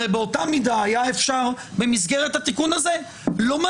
הרי באותה מידה היה אפשר במסגרת התיקון הזה לומר